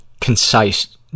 Concise